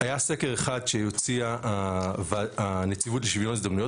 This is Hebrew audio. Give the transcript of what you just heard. היה סקר אחד שהוציאה הנציבות לשוויון הזדמנויות